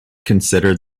considered